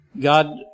God